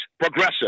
progressive